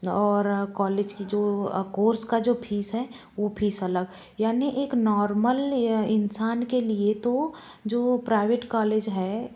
और कॉलेज की जो कोर्स का जो फीस है वो फीस अलग यानि एक नॉर्मल इंसान के लिए तो जो प्राइवेट कॉलेज है